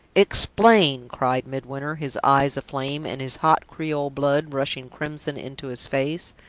explain! cried midwinter, his eyes aflame, and his hot creole blood rushing crimson into his face.